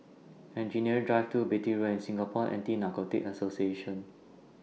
Engineering Drive two Beatty Road and Singapore Anti Narcotics Association